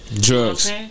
drugs